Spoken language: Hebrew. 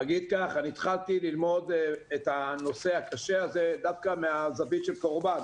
אני התחלתי ללמוד את הנושא הקשה הזה דווקא מהזווית של קורבן